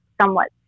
somewhat